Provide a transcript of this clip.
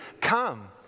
Come